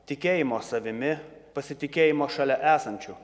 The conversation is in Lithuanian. tikėjimo savimi pasitikėjimo šalia esančių